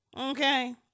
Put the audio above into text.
okay